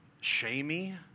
shamey